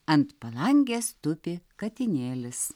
ant palangės tupi katinėlis